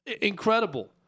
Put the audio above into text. incredible